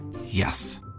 Yes